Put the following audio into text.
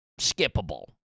skippable